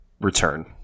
return